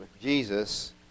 Jesus